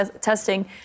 testing